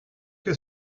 que